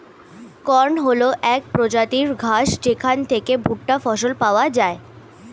corn হল এক প্রজাতির ঘাস যেখান থেকে ভুট্টা ফসল পাওয়া যায়